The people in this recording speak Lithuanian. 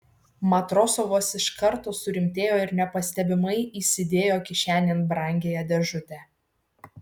matrosovas iš karto surimtėjo ir nepastebimai įsidėjo kišenėn brangiąją dėžutę